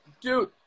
Dude